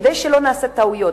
כדי שלא נעשה טעויות,